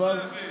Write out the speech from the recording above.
לא חייבים.